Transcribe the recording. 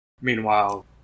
Meanwhile